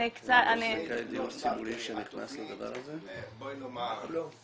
אני קצת --- בואי נאמר,